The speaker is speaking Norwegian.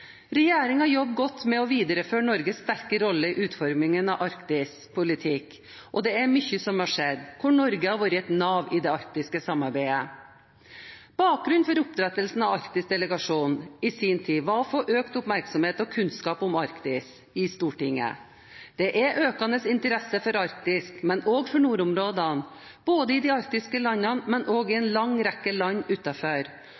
jobber godt med å videreføre Norges sterke rolle i utformingen av arktisk politikk, og det er mye som har skjedd hvor Norge har vært et nav i det arktiske samarbeidet. Bakgrunnen for opprettelsen av den arktiske delegasjonen i sin tid var å få økt oppmerksomhet og kunnskap om Arktis i Stortinget. Det er økende interesse for Arktis, men også for nordområdene, både i de arktiske landene og i